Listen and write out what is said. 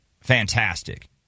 fantastic